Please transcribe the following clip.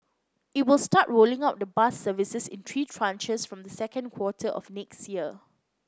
it will start rolling out the bus services in three tranches from the second quarter of next year